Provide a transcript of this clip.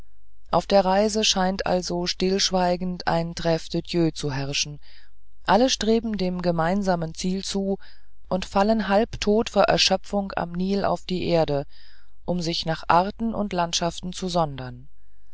auf der reise scheint also stillschweigend eine trve de dieu zu herrschen alle streben dem gemeinsamen ziel zu und fallen halbtot vor erschöpfung am nil auf die erde um sich nach arten und landsmannschaften zu sondern